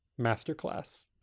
Masterclass